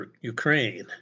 Ukraine